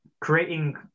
creating